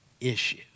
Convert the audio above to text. issue